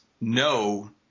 No